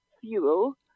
fuel